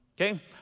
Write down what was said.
Okay